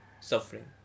suffering